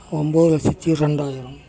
ஒம்பது லட்சத்து ரெண்டாயிரம்